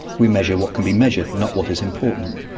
we measure what can be measured, not what is important.